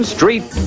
Street